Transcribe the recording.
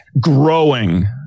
growing